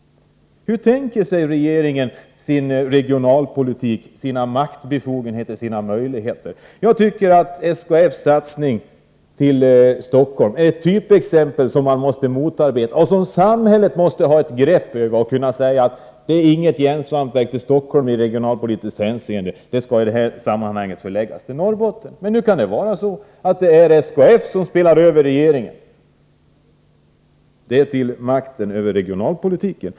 Hur tänker sig regeringen sin regionalpolitik, sina maktbefogenheter, sina möjligheter? Jag tycker att SKF:s satsning på Stockholm är ett typexempel som man måste motarbeta. Samhället måste kunna ha ett grepp över detta och kunna säga att det inte skall bli något järnsvampsverk i Stockholm i regionalpolitiskt sammanhang-— det skall förläggas till Norrbotten. Men hur kan det vara så att det är SKF som åstadkommer att regeringen blir överspelad? Detta om makten över regionalpolitiken.